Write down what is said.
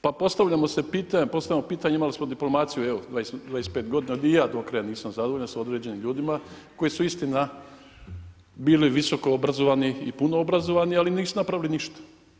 Pa postavljamo pitanje, imali smo diplomaciju evo 25 godina, ni ja do kraja nisam zadovoljan s određenim ljudima koji su istina bili visokoobrazovani i puno obrazovni, ali nisu napravili ništa.